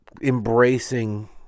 embracing